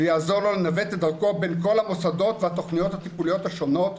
ויעזור לו לנווט את דרכו בין כל המוסדות והתוכניות הטיפוליות השונות.